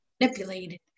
manipulated